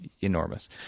enormous